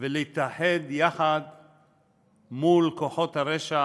ולהתאחד מול כוחות הרשע,